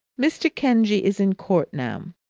mr. kenge is in court now.